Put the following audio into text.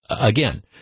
again